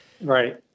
right